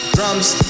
Drums